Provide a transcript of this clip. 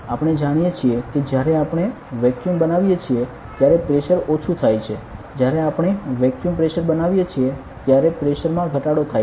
આપણે જાણીએ છીએ કે જ્યારે આપણે વેક્યૂમ બનાવીએ છીએ ત્યારે પ્રેશર ઓછું થાય છે જ્યારે આપણે વેક્યુમ પ્રેશર બનાવીએ છીએ ત્યારે પ્રેશર માં ઘટાડો થાય છે